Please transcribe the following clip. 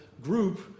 group